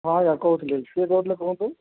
ହଁ ଆଜ୍ଞା କହୁଥିଲି କିଏ କହୁଥିଲେ କୁହନ୍ତୁ